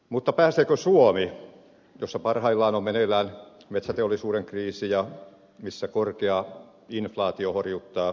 mutta pääseekö suomi missä parhaillaan on meneillään metsäteollisuuden kriisi ja missä korkea inflaatio horjuttaa kuluttajien luottamusta kuin koira veräjästä